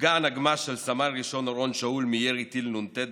נפגע הנגמ"ש של סמל ראשון אורון שאול מירי טיל נ"ט בשג'אעיה.